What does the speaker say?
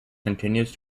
continues